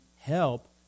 help